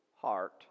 heart